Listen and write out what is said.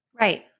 Right